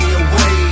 away